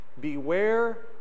Beware